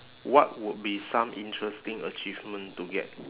what would be some interesting achievement to get